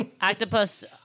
Octopus